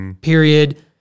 Period